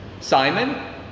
Simon